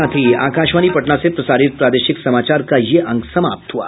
इसके साथ ही आकाशवाणी पटना से प्रसारित प्रादेशिक समाचार का ये अंक समाप्त हुआ